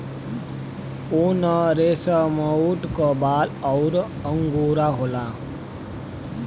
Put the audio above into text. उनरेसमऊट क बाल अउर अंगोरा होला